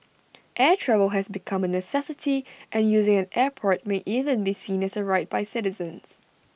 air travel has become A necessity and using an airport may even be seen as A right by citizens